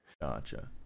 gotcha